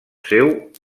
seu